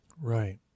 Right